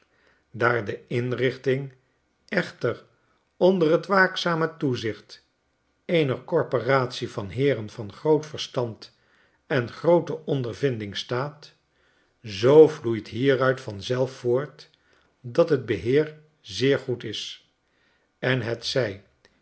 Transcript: daar de inrichting echter onder t waakzame toezicht eener corporatie van heeren van groot verstand en groote ondervinding staat zoo vloeit hieruit vanzelf voort dat het beheer zeer goed is en hetzij